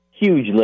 Huge